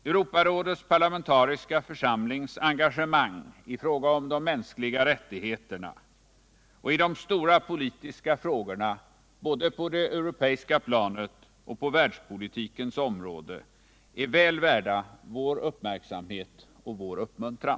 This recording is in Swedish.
Europarådets parlamentariska församlings engagemang i fråga om de mänskliga rättigheterna och i de stora politiska frågorna både på det europeiska planet och på världspolitikens område är väl värda vår uppmärksamhet och vår uppmuntran.